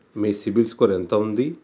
మీ CIBIL score ఎంత ఉంది?